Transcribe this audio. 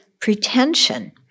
pretension